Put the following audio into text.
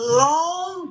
long